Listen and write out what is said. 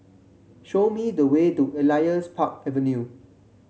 show me the way to Elias Park Avenue